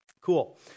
Cool